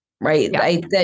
right